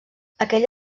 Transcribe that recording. aquell